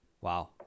Wow